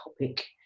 topic